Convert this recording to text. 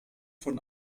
von